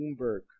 Bloomberg